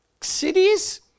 cities